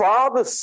Father